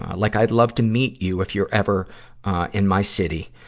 like i'd love to meet you, if you're ever in my city,